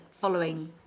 following